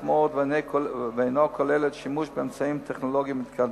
מאוד ואינה כוללת שימוש באמצעים טכנולוגיים מתקדמים.